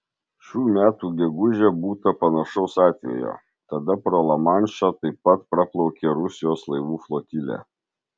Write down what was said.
šių metų gegužę būta panašaus atvejo tada pro lamanšą taip pat praplaukė rusijos laivų flotilė